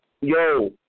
yo